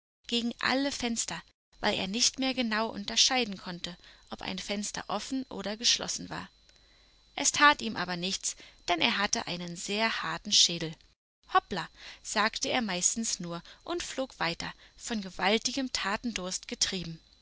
gegen alle fenster weil er nicht mehr genau unterscheiden konnte ob ein fenster offen oder geschlossen war es tat ihm aber nichts denn er hatte einen sehr harten schädel hoppla sagte er meistens nur und flog weiter von gewaltigem tatendurst getrieben